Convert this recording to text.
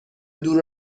دور